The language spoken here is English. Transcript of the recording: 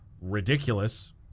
ridiculous